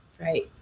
right